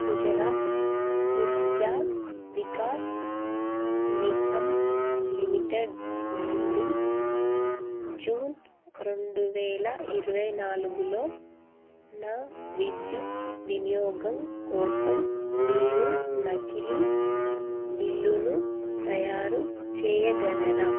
Gujarat Urja Vikas Nigam limited నుండి June రెండు వేల ఇరవై నాలుగులో నా విద్యుత్తు వినియోగం కోసం మీరు నకిలీ బిల్లును తయారుచెయ్యగలరా